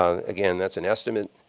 ah again, that's an estimate.